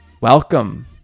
welcome